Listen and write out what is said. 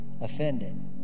offended